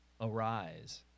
arise